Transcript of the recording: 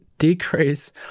decrease